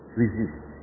resist